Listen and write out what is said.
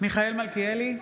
מיכאל מלכיאלי,